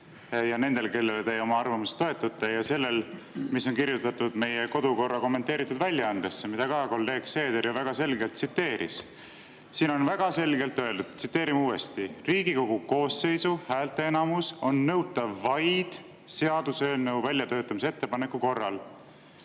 ja nendel, kellele te oma arvamuses toetute, ja sellel, mis on kirjutatud meie kodu- ja töökorra seaduse kommenteeritud väljaandesse, mida kolleeg Seeder ju väga selgelt tsiteeris. Siin on väga selgelt öeldud, tsiteerin uuesti: "[…] Riigikogu koosseisu häälteenamus on nõutav vaid seaduseelnõu väljatöötamise ettepaneku korral,